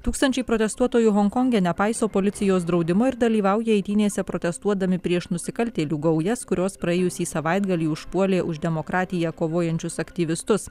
tūkstančiai protestuotojų honkonge nepaiso policijos draudimo ir dalyvauja eitynėse protestuodami prieš nusikaltėlių gaujas kurios praėjusį savaitgalį užpuolė už demokratiją kovojančius aktyvistus